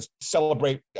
celebrate